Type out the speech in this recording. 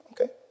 Okay